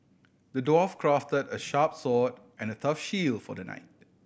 the dwarf crafted a sharp sword and a tough shield for the knight